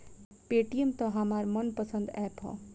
Paytm त हमार मन पसंद ऐप ह